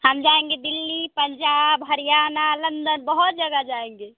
हम जाएँगे दिल्ली पंजाब हरियाणा लंदन बहुत जगह जाएँगे